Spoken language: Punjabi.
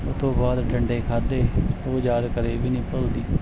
ਉਹ ਤੋਂ ਬਾਅਦ ਡੰਡੇ ਖਾਧੇ ਉਹ ਯਾਦ ਕਦੇ ਵੀ ਨਹੀਂ ਭੁੱਲਦੀ